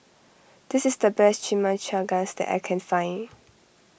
this is the best Chimichangas that I can find